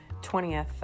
20th